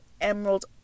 emerald